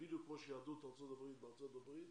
בדיוק כמו שיהדות ארצות הברית בארצות הברית.